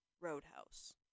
Roadhouse